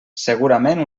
segurament